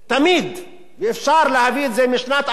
אפשר להביא את זה משנת 2003,